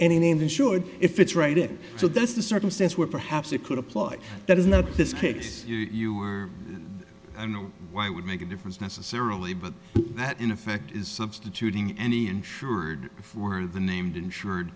any name then sure if it's right if so that's the circumstance where perhaps it could apply that is not this case you or i know why would make a difference necessarily but that in effect is substituting any insured for the named insured